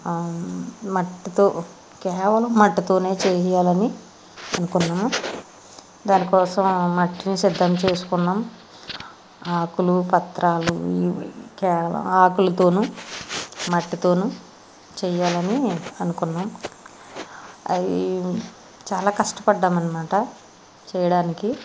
ఆ మట్టితో కేవలం మట్టితో చేయాలని అనుకున్నాను దానికోసం మట్టిని సిద్ధం చేసుకున్నాం ఆకులు పత్రాలు కేవ ఆకులతో మట్టితో చేయాలని అనుకున్నాం అవి చాలా కష్టపడ్డాం అన్నమాట చేయడానికి